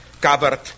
covered